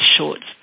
shorts